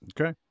Okay